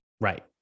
Right